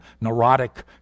neurotic